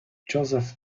joseph